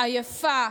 // עייפה,